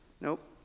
Nope